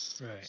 Right